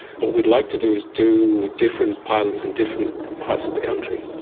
what we'd like to do is do different pilots in different parts of the country.